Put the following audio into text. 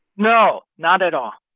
no, not at all.